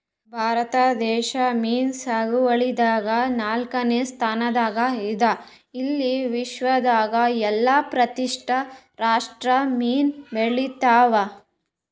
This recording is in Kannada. ಭಾರತ ದೇಶ್ ಮೀನ್ ಸಾಗುವಳಿದಾಗ್ ನಾಲ್ಕನೇ ಸ್ತಾನ್ದಾಗ್ ಇದ್ದ್ ಇಲ್ಲಿ ವಿಶ್ವದಾಗ್ ಏಳ್ ಪ್ರತಿಷತ್ ರಷ್ಟು ಮೀನ್ ಬೆಳಿತಾವ್